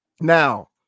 Now